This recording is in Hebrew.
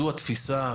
זו התפיסה,